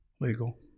legal